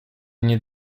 nie